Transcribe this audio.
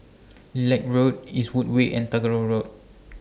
Lilac Road Eastwood Way and Tagore Road